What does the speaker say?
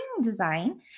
design